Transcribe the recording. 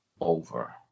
over